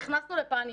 נכנסנו לפניקה,